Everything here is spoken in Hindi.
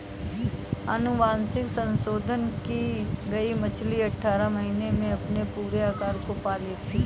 अनुवांशिक संशोधन की गई मछली अठारह महीने में अपने पूरे आकार को पा लेती है